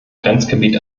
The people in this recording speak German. grenzgebiet